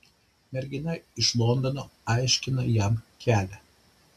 mergina iš londono aiškina jam kelią